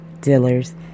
Dealer's